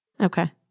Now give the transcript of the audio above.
Okay